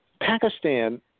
Pakistan